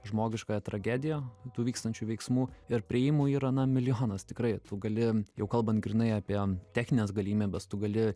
žmogiškąją tragediją tų vykstančių veiksmų ir priėjimų yra na milijonas tikrai tu gali jau kalbant grynai apie technines galimybes tu gali ir